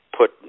put